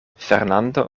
fernando